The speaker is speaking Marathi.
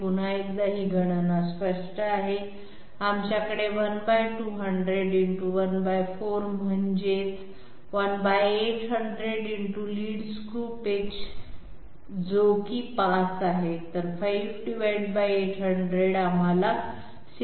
पुन्हा एकदा ही गणना स्पष्ट आहे आमच्याकडे 1200 × 14 म्हणजे 1800 × लीड स्क्रू पिच जी की 5 आहे तर 5 800 आम्हाला 6